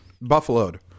Buffaloed